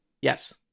Yes